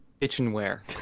kitchenware